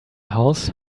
house